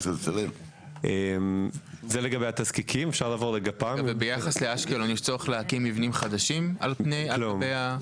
יש צורך להקים מבנים חדשים באשקלון?